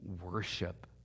worship